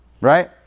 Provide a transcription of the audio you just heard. Right